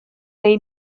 neu